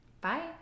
Bye